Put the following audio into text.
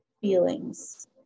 feelings